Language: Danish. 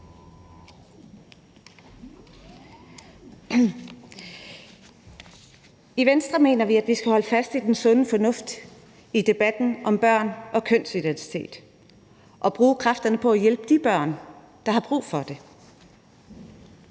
I Venstre mener vi, at vi skal holde fast i den sunde fornuft i debatten om børn og kønsidentitet og bruge kræfterne på at hjælpe de børn, der har brug for det.